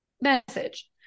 message